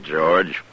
George